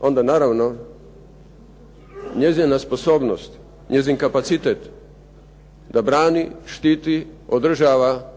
onda naravno njezina sposobnost, njezin kapacitet, da brani, štiti, održava